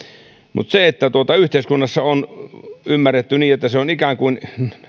mutta yhteiskunnassa on ymmärretty niin että se on ikään kuin